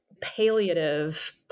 palliative